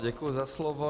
Děkuji za slovo.